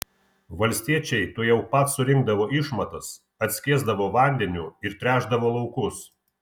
valstiečiai tuojau pat surinkdavo išmatas atskiesdavo vandeniu ir tręšdavo laukus